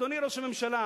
אדוני ראש הממשלה,